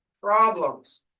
problems